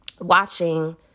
watching